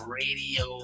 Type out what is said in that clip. radio